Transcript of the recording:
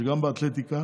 שגם באתלטיקה